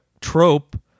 trope